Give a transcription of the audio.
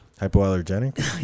Hypoallergenic